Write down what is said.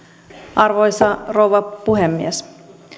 arvoisa rouva puhemies